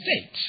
state